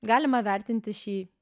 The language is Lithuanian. galima vertinti šį